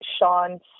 Sean's